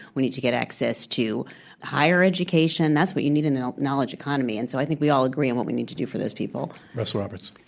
we need to get access to higher education. that's what you need in a knowledge economy. and so i think we all agree on what we need to do for those people. russ roberts.